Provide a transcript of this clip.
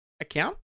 account